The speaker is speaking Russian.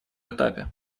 этапе